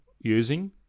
using